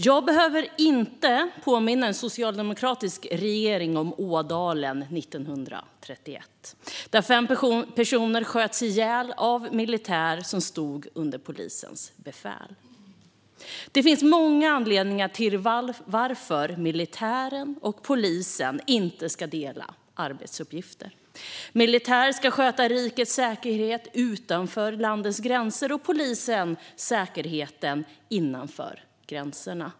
Jag behöver inte påminna en socialdemokratisk regering om Ådalen 1931, där fem personer sköts ihjäl av militär som stod under polisens befäl. Det finns många anledningar till att militär och polis inte ska dela arbetsuppgifter. Militär ska sköta rikets säkerhet utanför landets gränser och polisen säkerheten innanför gränserna.